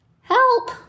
Help